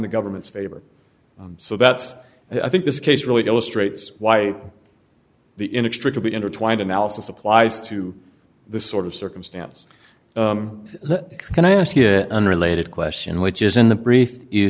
the government's favor so that's i think this case really illustrates why the inextricably intertwined analysis applies to this sort of circumstance can i ask you a unrelated question which is in the